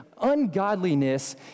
ungodliness